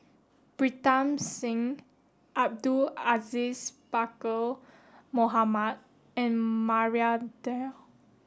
Pritam Singh Abdul Aziz Pakkeer Mohamed and Maria Dyer